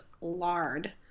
lard